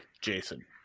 jason